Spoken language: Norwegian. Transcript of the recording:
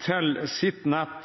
til SFHB-bedriftene